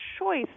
choice